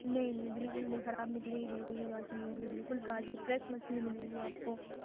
نہیں نہیں بالکل نہیں خراب نکلے گی بالکل بھی باسی نہیں ہوگی بالکل تازی فریش مچھلی ملے گی آپ کو